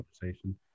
conversation